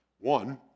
One